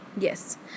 Yes